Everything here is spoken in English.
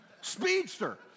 speedster